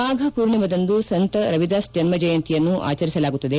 ಮಾಫ ಪೂರ್ಣಿಮಾದಂದು ಸಂತ ರವಿದಾಸ್ ಜನ್ಮಜಯಂತಿಯನ್ನು ಆಚರಿಸಲಾಗುತ್ತದೆ